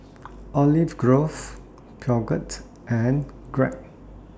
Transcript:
Olive Grove Peugeot and Grab